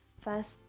first